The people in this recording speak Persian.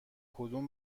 کدوم